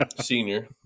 senior